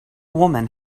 woman